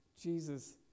Jesus